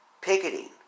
picketing